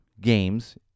games